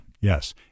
Yes